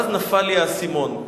ואז נפל לי האסימון.